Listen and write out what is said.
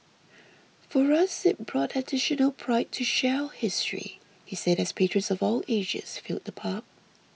for us it brought additional pride to share our history he said as patrons of all ages filled the pub